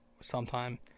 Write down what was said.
sometime